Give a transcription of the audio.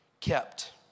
kept